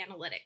analytics